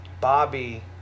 Bobby